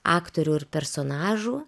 aktorių ir personažų